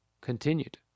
continued